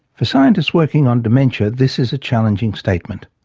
for scientists working on dementia, this is a challenging statement.